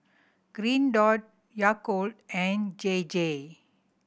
Green Dot Yakult and J J